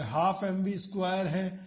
तो वह ½ mv2 है